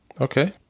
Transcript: okay